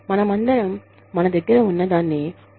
మనమందరం మన దగ్గర ఉన్నదాన్ని ఉపయోగించాలనుకుంటున్నాము